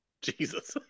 Jesus